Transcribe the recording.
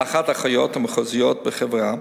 לאחת האחיות המחוזיות בחברה